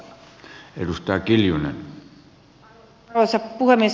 arvoisa puhemies